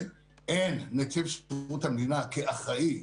נציב שירות כאחראי,